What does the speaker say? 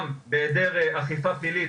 גם בהיעדר אכיפה פלילית,